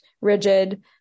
rigid